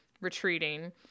retreating